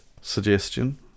suggestion